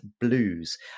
Blues